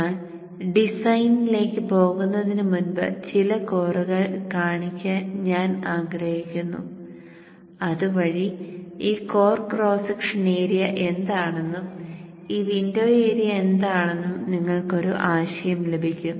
എന്നാൽ ഡിസൈനിലേക്ക് പോകുന്നതിന് മുമ്പ് ചില കോറുകൾ കാണിക്കാൻ ഞാൻ ആഗ്രഹിക്കുന്നു അതുവഴി ഈ കോർ ക്രോസ് സെക്ഷൻ ഏരിയ എന്താണെന്നും ഈ വിൻഡോ ഏരിയ എന്താണെന്നും നിങ്ങൾക്ക് ഒരു ആശയം ലഭിക്കും